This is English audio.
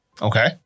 Okay